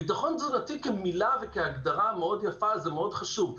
ביטחון תזונתי כמילה וכהגדרה מאוד יפה זה מאוד חשוב,